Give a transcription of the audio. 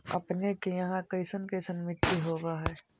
अपने के यहाँ कैसन कैसन मिट्टी होब है?